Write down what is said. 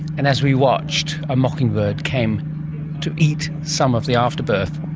and as we watched, a mockingbird came to eat some of the afterbirth,